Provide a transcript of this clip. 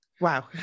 Wow